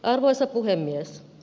arvoisa puhemies